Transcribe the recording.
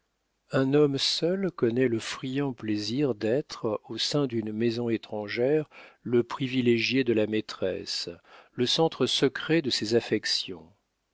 un homme seul connaît le friand plaisir d'être au sein d'une maison étrangère le privilégié de la maîtresse le centre secret de ses affections